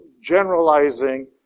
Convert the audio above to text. generalizing